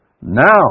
Now